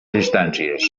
distàncies